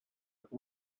but